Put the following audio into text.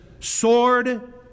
sword